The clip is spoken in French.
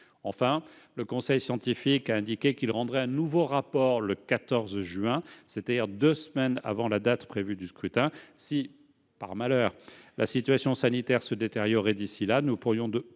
Le conseil scientifique a en outre indiqué qu'il rendrait un nouveau rapport le 14 juin, c'est-à-dire deux semaines avant la date prévue du scrutin. Si, par malheur, la situation sanitaire se détériorait d'ici là, il se pourrait que nous